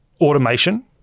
automation